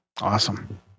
Awesome